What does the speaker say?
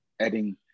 adding